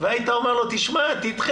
והיית אומר לו: תדחה,